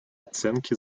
оценки